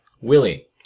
Willie